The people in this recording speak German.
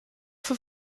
für